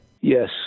Yes